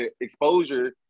exposure